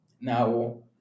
now